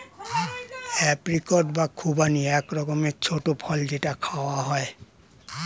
apricot বা খুবানি এক রকমের ছোট্ট ফল যেটা খাওয়া হয়